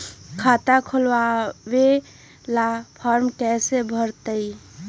खाता खोलबाबे ला फरम कैसे भरतई?